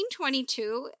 1922